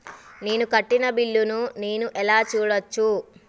నేను కట్టిన బిల్లు ను నేను ఎలా చూడచ్చు?